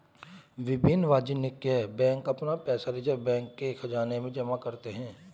विभिन्न वाणिज्यिक बैंक अपना पैसा रिज़र्व बैंक के ख़ज़ाने में जमा करते हैं